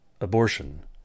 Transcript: abortion